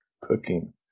cooking